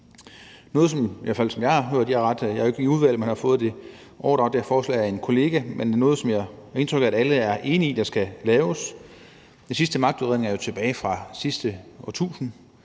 udvalget, man har fået det forslag overdraget af en kollega. Men det er noget, som jeg har indtryk af at alle er enige i skal laves. Den sidste magtudredning er jo tilbage fra sidste årtusind,